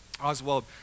Oswald